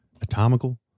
Atomical